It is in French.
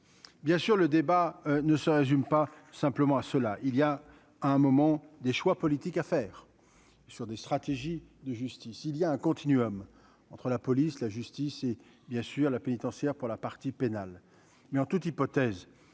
bien sûr, le débat ne se résume pas simplement à ceux-là, il y a un moment. Des choix politiques à faire sur des stratégies de justice, il y a un continuum entre la police, la justice et bien sûr la pénitentiaire pour la partie pénale mais en toute hypothèse,